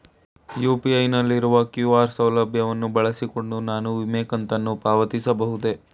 UPI ನಲ್ಲಿರುವ QR ಸೌಲಭ್ಯ ಬಳಸಿಕೊಂಡು ನಾನು ವಿಮೆ ಕಂತನ್ನು ಪಾವತಿಸಬಹುದೇ?